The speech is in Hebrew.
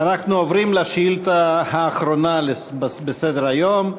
אנחנו עוברים לשאילתה האחרונה בסדר-היום.